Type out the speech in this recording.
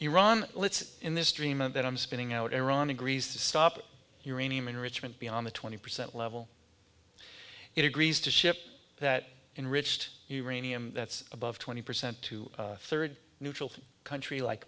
iran let's in this dream of that i'm spinning out iran agrees to stop uranium enrichment beyond the twenty percent level it agrees to ship that enriched uranium that's above twenty percent to third neutral country like